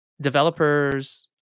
developers